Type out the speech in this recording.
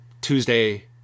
Tuesday